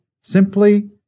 Simply